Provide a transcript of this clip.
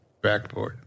backboard